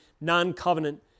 non-covenant